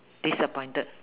disappointed